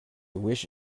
wish